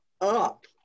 up